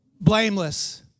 blameless